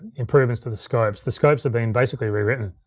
improvements to the scopes. the scopes have been basically rewritten,